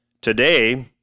Today